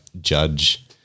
judge